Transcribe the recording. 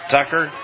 Tucker